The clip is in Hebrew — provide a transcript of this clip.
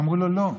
אמרו לו: לא.